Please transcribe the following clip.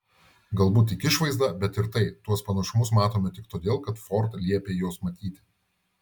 galbūt tik išvaizdą bet ir tai tuos panašumus matome tik todėl kad ford liepė juos matyti